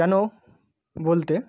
কেন বলতে